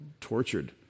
tortured